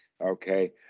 Okay